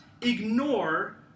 ignore